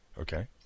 Okay